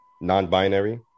non-binary